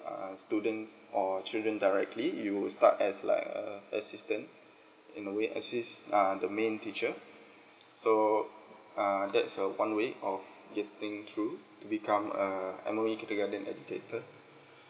err students or children directly you will start as like a assistant in a way assist uh the main teacher so err that's uh one way of getting through to become a M_O_E kindergarten educator